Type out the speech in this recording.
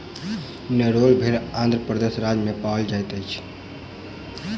नेल्लोर भेड़ आंध्र प्रदेश राज्य में पाओल जाइत अछि